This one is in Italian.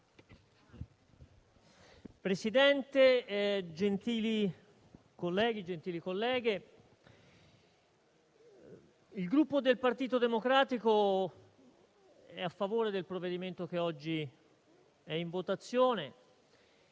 Presidente, gentili colleghi e colleghe, il Gruppo Partito Democratico è a favore del provvedimento oggi in votazione.